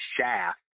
shaft